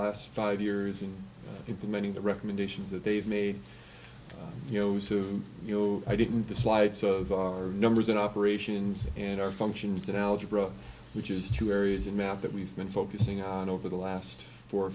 last five years in implementing the recommendations that they've made you know some you know i didn't the slides of our numbers in operations and our functions in algebra which is two areas in math that we've been focusing on over the last four or